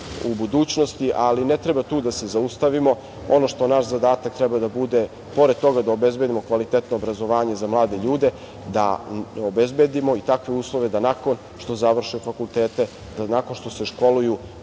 u budućnosti, ali ne treba tu da se zaustavimo, ono što naš zadatak treba da bude pored toga da obezbedimo kvalitetno obrazovanje za mlade ljude, da obezbedimo i takve uslove da nakon što završe fakultete, da nakon što se školuju